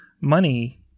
money